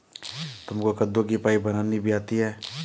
तुमको कद्दू की पाई बनानी भी आती है?